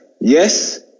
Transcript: Yes